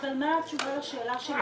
אבל מה התשובה לשאלה שלי?